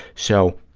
so,